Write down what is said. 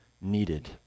needed